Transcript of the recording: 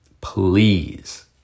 please